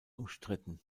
umstritten